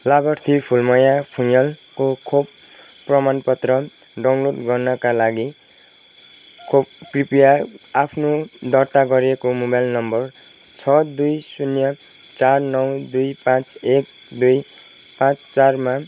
लाभार्थी फुलमाया फुँयालको खोप प्रमाणपत्र डाउनलोड गर्नाका लागि को कृपया आफ्नो दर्ता गरिएको मोबाइल नम्बर छ दुई शून्य चार नौ दुई पाँच एक दुई पाँच चारमा